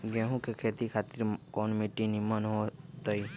गेंहू की खेती खातिर कौन मिट्टी निमन हो ताई?